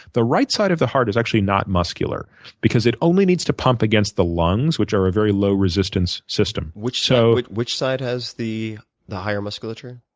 the right side of the heart is actually not muscular because it only needs to pump against the lungs, which are a very low resistance system. which so which side has the the higher musculature?